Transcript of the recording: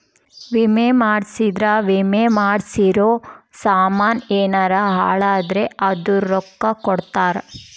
ವಿಮೆ ಮಾಡ್ಸಿದ್ರ ವಿಮೆ ಮಾಡ್ಸಿರೋ ಸಾಮನ್ ಯೆನರ ಹಾಳಾದ್ರೆ ಅದುರ್ ರೊಕ್ಕ ಕೊಡ್ತಾರ